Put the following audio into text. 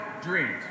dreams